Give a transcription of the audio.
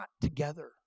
together